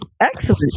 Excellent